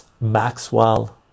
Maxwell